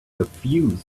suffused